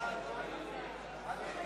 חברי